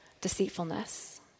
deceitfulness